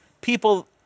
people